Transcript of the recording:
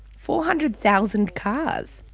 four hundred thousand cars?